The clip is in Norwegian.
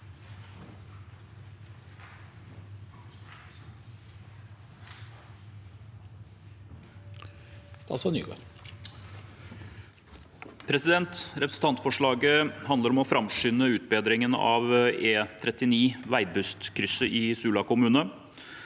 Representant- forslaget handler om å framskynde utbedringen av E39 Veibustkrysset i Sula kommune.